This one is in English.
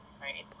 Right